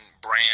brand